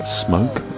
smoke